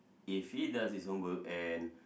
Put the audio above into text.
if he does his homework and